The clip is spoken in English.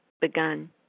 begun